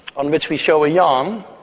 on which we show a yawn.